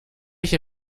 ich